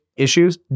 Issues